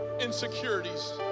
insecurities